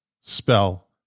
spell